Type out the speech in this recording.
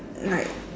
like